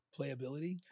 Playability